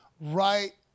right